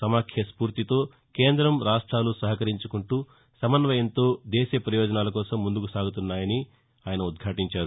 సమాఖ్య స్ఫూర్తితో కేందం రాష్టాలు సహకరించుకుంటూ సమన్వయంతో దేశ పయోజనాల కోసం ముందుకు సాగుతున్నాయని ఆయన ఉద్యాటించారు